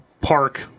Park